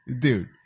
Dude